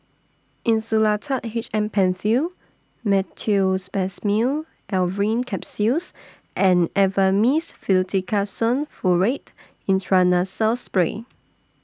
Insulatard H M PenFill Meteospasmyl Alverine Capsules and Avamys Fluticasone Furoate Intranasal Spray